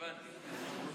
הבנתי.